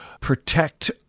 protect